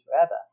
forever